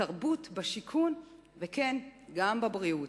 בתרבות, בשיכון, וכן, גם בבריאות.